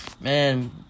Man